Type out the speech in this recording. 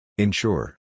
Ensure